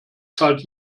zahlt